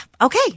Okay